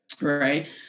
Right